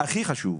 הכי חשוב,